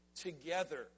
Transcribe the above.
together